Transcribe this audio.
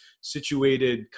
situated